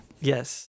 Yes